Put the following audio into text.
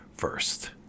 first